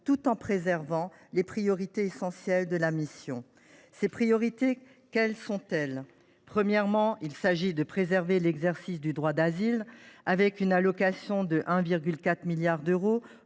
tout en préservant les priorités essentielles de la mission. Ces priorités, quelles sont elles ? Premièrement, il s’agit de préserver l’exercice du droit d’asile, avec une allocation de 1,4 milliard d’euros